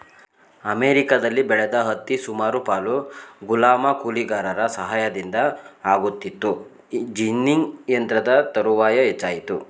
ಅಮೆರಿಕದಲ್ಲಿ ಬೆಳೆದ ಹತ್ತಿ ಸುಮಾರು ಪಾಲು ಗುಲಾಮ ಕೂಲಿಗಾರರ ಸಹಾಯದಿಂದ ಆಗುತ್ತಿತ್ತು ಜಿನ್ನಿಂಗ್ ಯಂತ್ರದ ತರುವಾಯ ಹೆಚ್ಚಾಯಿತು